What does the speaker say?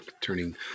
turning